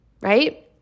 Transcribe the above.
right